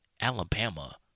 alabama